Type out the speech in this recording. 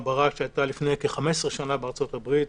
ברק שהייתה לפני כ-15 שנה בארצות-הברית.